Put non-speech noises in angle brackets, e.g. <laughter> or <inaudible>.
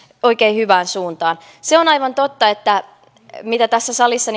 oikein hyvään suuntaan se on aivan totta mistä tässä salissa <unintelligible>